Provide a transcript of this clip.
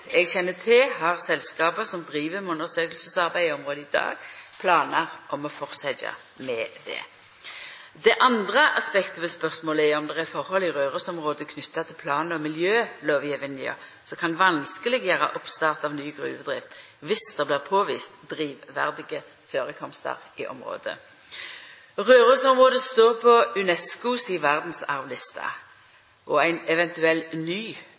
kjenner til, har selskapa som driv med undersøkingsarbeid i området i dag, planar om å halda fram med dette. Det andre aspektet ved spørsmålet er om det er forhold i Røros-området knytte til plan- og miljølovgjevinga som kan vanskeleggjera oppstart av ny gruvedrift dersom det blir påvist drivverdige førekomstar i området. Røros-området står på UNESCO si verdsarvliste, og ei eventuell ny